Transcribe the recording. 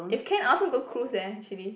if can I also want go cruise leh actually